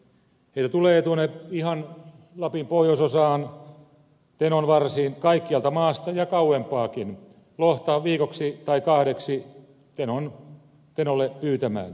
heitä tulee tuonne ihan lapin pohjoisosaan tenon varsiin kaikkialta maasta ja kauempaakin lohta viikoksi tai kahdeksi tenolle pyytämään